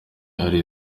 ari